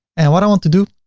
and what i want to do?